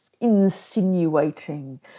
insinuating